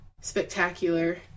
spectacular